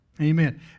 Amen